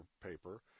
paper